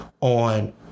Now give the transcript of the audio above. on